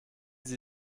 sie